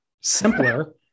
simpler